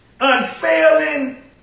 unfailing